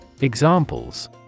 Examples